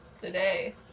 Today